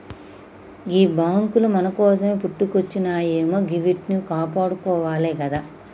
గీ బాంకులు మన కోసమే పుట్టుకొచ్జినయాయె గివ్విట్నీ కాపాడుకోవాలె గదా